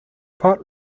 pot